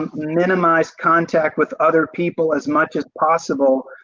minimize contact with other people as much as possible,